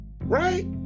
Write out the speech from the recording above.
Right